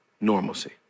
normalcy